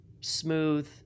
smooth